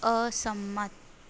અસંમત